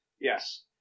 Yes